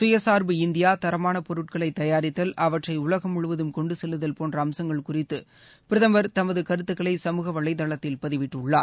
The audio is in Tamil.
சுயசார்பு இந்தியா தரமான பொருட்களைத் தயாரித்தல் அவற்றை உலசும் முழுவதும் கொண்டு செல்லுதல் போன்ற அம்சங்கள் குறித்து பிரதமர் தமது கருத்துகளை சமூக வலைதளத்தில் பதிவிட்டுள்ளார்